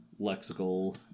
lexical